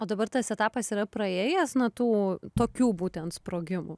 o dabar tas etapas yra praėjęs na tų tokių būtent sprogimų